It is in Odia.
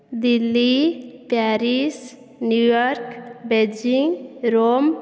Delhi Paris New York Beijing Rome